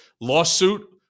lawsuit